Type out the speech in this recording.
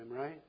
right